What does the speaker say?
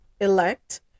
elect